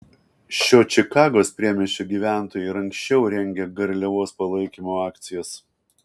šio čikagos priemiesčio gyventojai ir anksčiau rengė garliavos palaikymo akcijas